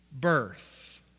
birth